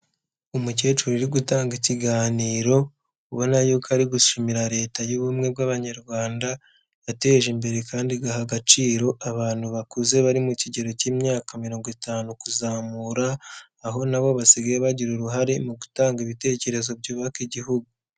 Umukecuru uri gutanga ikiganiro, ubona yuko ari gushimira Leta y'ubumwe bw'abanyarwanda, yateje imbere kandi igaha agaciro abantu bakuze bari mu kigero cy'imyaka mirongo itanu kuzamura, aho na bo basigaye bagira uruhare mu gutanga ibitekerezo byubaka igihugu.